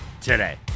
today